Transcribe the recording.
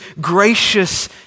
gracious